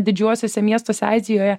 didžiuosiuose miestuose azijoje